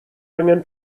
angen